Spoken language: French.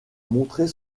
montrer